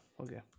okay